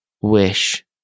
wish